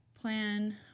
plan